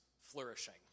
flourishing